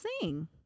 sing